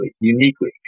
uniquely